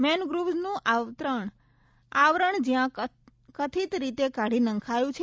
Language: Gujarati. મેનગ્રુવ્ઝનું આવરણ જ્યાં કથિત રીતે કાઢી નંખાયું છે